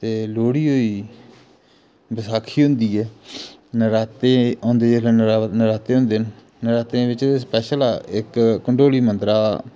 ते लोहड़ी होई गेई बसाखी हुंदी ऐ नराते औंदे जिस्सलै नराते होंदे न नरातें बिच ते स्पैशल इक कंडौली मंदरा